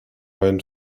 own